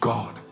God